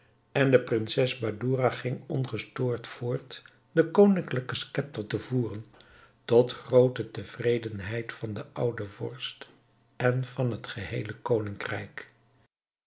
en de prinses badoura ging ongestoord voort den koninklijken scepter te voeren tot groote tevredenheid van den ouden vorst en van het geheele koningrijk